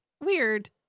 weird